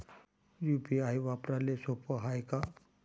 UPI वापराले सोप हाय का?